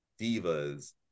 divas